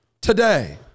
today